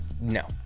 no